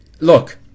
look